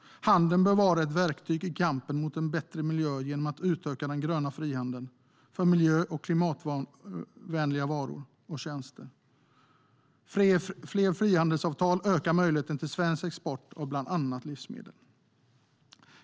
Handeln bör vara ett verktyg i kampen för en bättre miljö genom att utöka den gröna frihandeln för miljö och klimatvänliga varor och tjänster. Fler frihandelsavtal ökar möjligheten till svensk export av bland annat livsmedel.